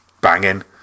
banging